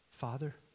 Father